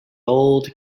old